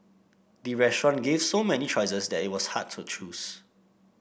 the restaurant gave so many choices that it was hard to choose